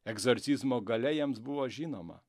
egzorcizmo galia jiems buvo žinoma